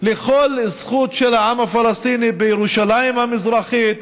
לכל זכות של העם הפלסטיני בירושלים המזרחית,